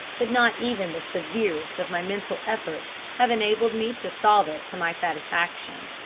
but not even the severest of my mental efforts have enabled me to solve it to my satisfaction.